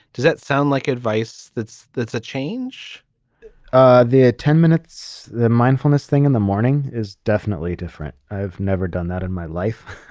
does that sound like advice? that's that's a change ah the ah ten minutes the mindfulness thing in the morning is definitely different. i've never done that in my life.